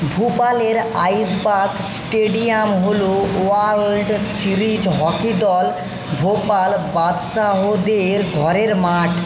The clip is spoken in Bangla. ভূপালের আইশবাগ স্টেডিয়াম হলো ওয়ার্ল্ড সিরিজ হকি দল ভোপাল বাদশাহদের ঘরের মাঠ